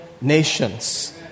nations